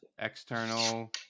external